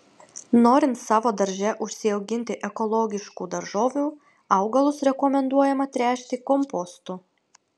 norint savo darže užsiauginti ekologiškų daržovių augalus rekomenduojama tręšti kompostu